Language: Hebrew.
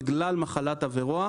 בגלל מחלת הוורואה,